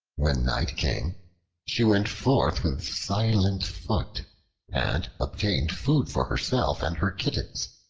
when night came she went forth with silent foot and obtained food for herself and her kittens,